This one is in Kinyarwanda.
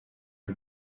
y’u